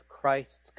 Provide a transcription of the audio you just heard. Christ's